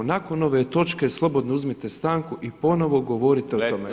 Nakon ove točke slobodno uzmite stanku i ponovo govorite.